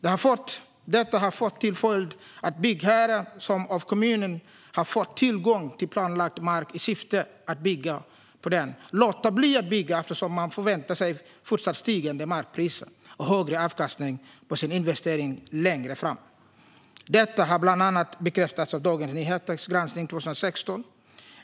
Det har fått till följd att byggherrar som av kommunen har fått tillgång till planlagd mark i syfte att bygga på den låter bli att bygga eftersom de förväntar sig fortsatt stigande markpriser och högre avkastning på sin investering längre fram. Detta bekräftades bland annat av Dagens Nyheters granskning 2016.